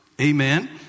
Amen